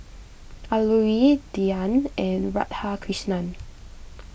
Alluri Dhyan and Radhakrishnan